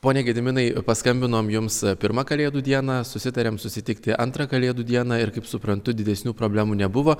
pone gediminai paskambinom jums pirmą kalėdų dieną susitarėm susitikti antrą kalėdų dieną ir kaip suprantu didesnių problemų nebuvo